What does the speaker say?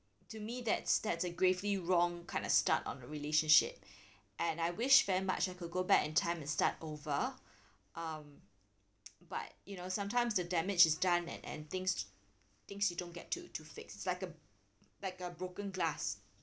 to me that's that's a gravely wrong kinda start on a relationship and I wish very much I could go back in time and start over um but you know sometimes the damage is done and and things things you don't get to to fix it's like a it's like a broken glass